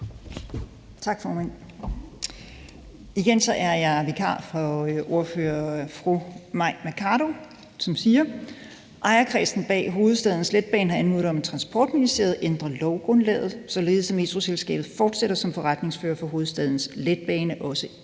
jeg sige, at jeg er vikar for vores ordfører, fru Mai Mercado, som siger: Ejerkredsen bag Hovedstadens Letbane har anmodet om, at Transportministeriet ændrer lovgrundlaget, således at Metroselskabet fortsætter som forretningsfører for Hovedstadens Letbane, også efter